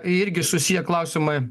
irgi susiję klausimai